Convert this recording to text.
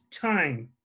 time